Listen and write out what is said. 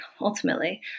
ultimately